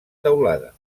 teulada